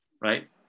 right